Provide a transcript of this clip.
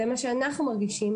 זה מה שאנחנו מרגישים,